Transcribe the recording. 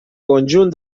conjunt